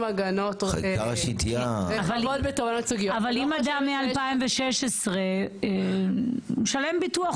הגנות רחבות --- אבל אם אדם מ-2016 משלם ביטוח.